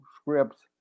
scripts